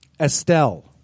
Estelle